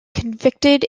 convicted